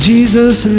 Jesus